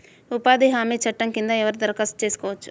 ఉపాధి హామీ చట్టం కింద ఎవరు దరఖాస్తు చేసుకోవచ్చు?